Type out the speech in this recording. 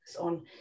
on